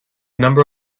number